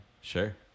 Sure